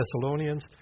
Thessalonians